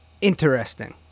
Interesting